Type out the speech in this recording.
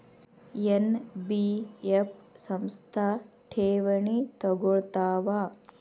NBF ಸಂಸ್ಥಾ ಠೇವಣಿ ತಗೋಳ್ತಾವಾ?